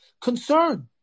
concern